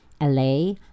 LA